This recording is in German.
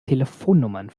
telefonnummern